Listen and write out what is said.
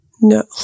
No